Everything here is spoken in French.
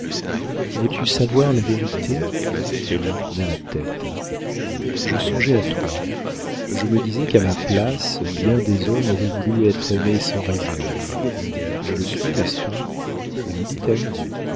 veux-tu savoir la vérité elle inclina la tête je songeais à toi je me disais qu'à ma place bien des hommes auraient voulu être aimés sans réserve je le suis n'est-ce pas oui dit-elle